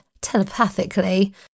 telepathically